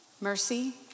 Mercy